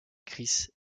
chris